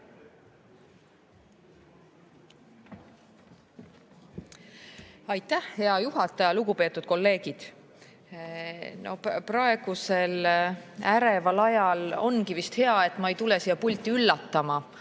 Aitäh, hea juhataja! Lugupeetud kolleegid! Praegusel äreval ajal ongi vist hea, et ma ei tule siia pulti üllatama.